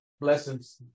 Blessings